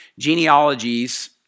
Genealogies